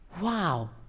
wow